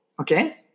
Okay